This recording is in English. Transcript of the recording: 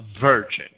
virgin